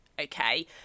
okay